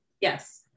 yes